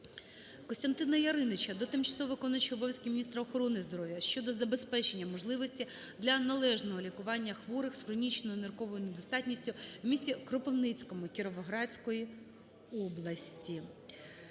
КостянтинаЯриніча до тимчасово виконуючої обов'язки міністра охорони здоров'я щодо забезпечення можливості для належного лікування хворих з хронічною нирковою недостатністю в місті Кропивницькому Кіровоградської області.